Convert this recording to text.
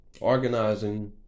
Organizing